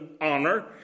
honor